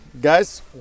Guys